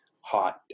hot